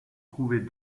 trouver